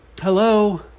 Hello